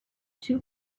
two